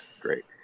great